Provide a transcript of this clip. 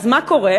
אז מה קורה?